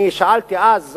אני שאלתי אז,